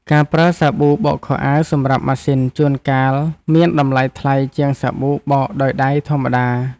ការប្រើសាប៊ូបោកខោអាវសម្រាប់ម៉ាស៊ីនជួនកាលមានតម្លៃថ្លៃជាងសាប៊ូបោកដោយដៃធម្មតា។